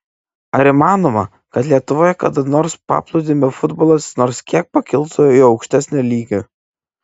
ar įmanoma kad lietuvoje kada nors paplūdimio futbolas nors kiek pakiltų į aukštesnį lygį